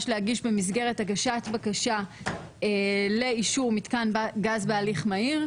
להגיש במסגרת הגשת בקשה לאישור מתקן גז בהליך מהיר: